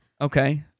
Okay